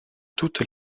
toutes